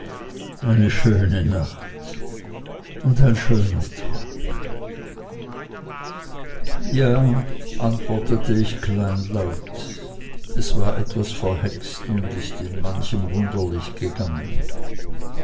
eine schöne nacht und ein schöner tag ja antwortete ich kleinlaut es war etwas verhext und ist manchem wunderlich gegangen